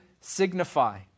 signify